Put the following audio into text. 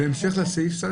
בהמשך לסעיף סל,